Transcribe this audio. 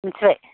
मिथिबाय